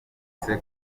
kose